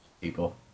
people